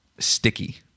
sticky